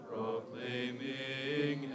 Proclaiming